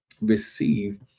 receive